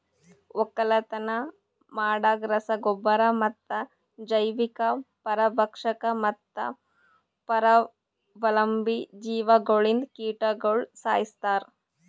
ಒಕ್ಕಲತನ ಮಾಡಾಗ್ ರಸ ಗೊಬ್ಬರ ಮತ್ತ ಜೈವಿಕ, ಪರಭಕ್ಷಕ ಮತ್ತ ಪರಾವಲಂಬಿ ಜೀವಿಗೊಳ್ಲಿಂದ್ ಕೀಟಗೊಳ್ ಸೈಸ್ತಾರ್